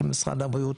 של משרד הבריאות,